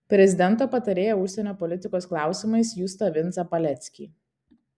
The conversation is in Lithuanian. prezidento patarėją užsienio politikos klausimais justą vincą paleckį